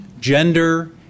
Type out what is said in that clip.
gender